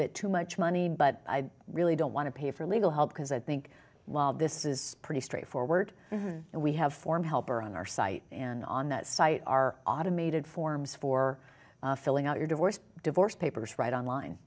bit too much money but i really don't want to pay for legal help because i think this is pretty straightforward and we have form help or on our site and on that site are automated forms for filling out your divorce divorce papers right on line